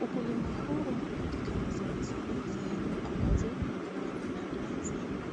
Ukulima huu unapatikana sanasana sehemu ambazo mvua ni nadra sana.